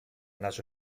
naso